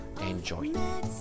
enjoy